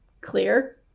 clear